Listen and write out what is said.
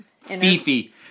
Fifi